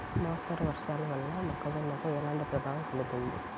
మోస్తరు వర్షాలు వల్ల మొక్కజొన్నపై ఎలాంటి ప్రభావం కలుగుతుంది?